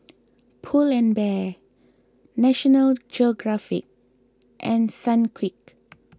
Pull and Bear National Geographic and Sunquick